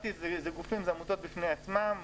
מת"י זה עמותות בפני עצמן,